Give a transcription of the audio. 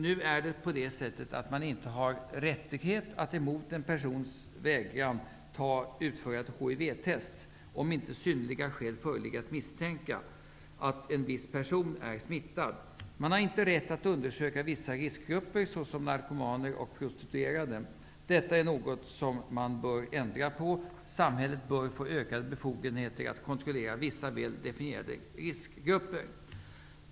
Nu har man inte rättighet att mot en per sons vilja utföra ett HIV-test, om inte synnerliga skäl föreligger att misstänka att en viss person är smittad. Man har inte rätt att undersöka vissa riskgrupper, såsom narkomaner och prostitue rade. Detta är något som man bör ändra på. Sam hället bör få ökade befogenheter att kontrollera vissa väl definierade riskgrupper.